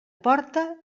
porta